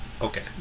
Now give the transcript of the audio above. Okay